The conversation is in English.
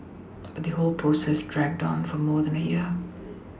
but the whole process dragged on for more than a year